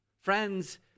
Friends